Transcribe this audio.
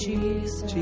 Jesus